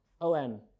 O-N